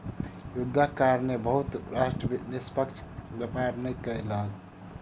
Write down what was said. युद्धक कारणेँ बहुत राष्ट्र निष्पक्ष व्यापार नै कयलक